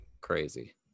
Crazy